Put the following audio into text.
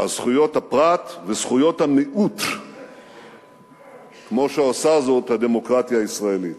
על זכויות הפרט וזכויות המיעוט כמו שעושה זאת הדמוקרטיה הישראלית.